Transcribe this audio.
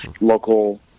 local